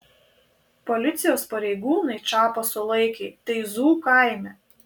policijos pareigūnai čapą sulaikė teizų kaime